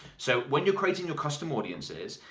so when you're creating your custom audiences,